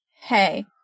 Hey